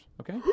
Okay